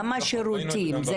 גם השירותים,